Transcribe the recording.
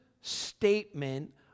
statement